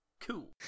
cool